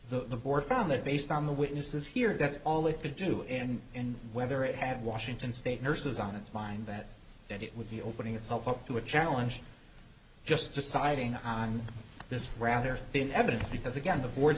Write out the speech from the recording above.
again the board found that based on the witnesses here that's all it could do and in whether it had washington state nurses on its mind that that it would be opening itself up to a challenge just deciding on this rather thin evidence because again